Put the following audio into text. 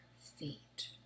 feet